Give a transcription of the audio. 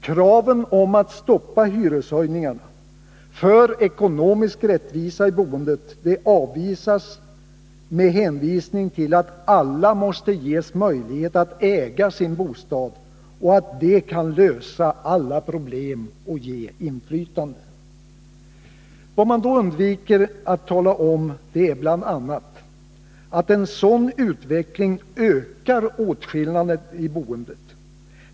Kraven på att stoppa hyreshöjningarna och på ekonomisk rättvisa i boendet avvisas med hänvisning till att alla måste ges möjlighet att äga sin bostad och att de kan lösa alla problem och ge inflytande. Vad man då undviker att tala om är bl.a. att en sådan utveckling ökar åtskillnaden i boendet.